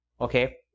okay